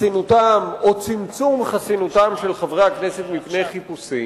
חסינותם או צמצום חסינותם של חברי הכנסת בפני חיפושים,